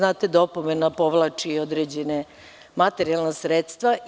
Znate da opomena povlači određena materijalna sredstva.